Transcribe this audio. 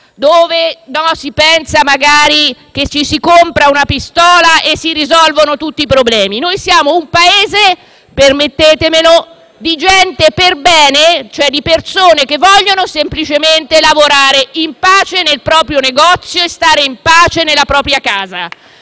dove si pensa che magari ci si compra una pistola e si risolvono tutti i problemi; noi siamo un Paese, permettetemi di dirlo, di gente perbene, cioè di persone che vogliono semplicemente lavorare in pace nel proprio negozio e stare in pace nella propria casa.